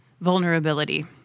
vulnerability